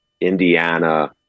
Indiana